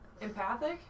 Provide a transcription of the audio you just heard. empathic